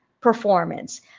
performance